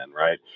right